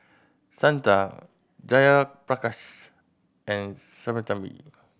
Santha Jayaprakash and Sinnathamby